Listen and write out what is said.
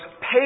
Pay